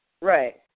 Right